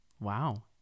wow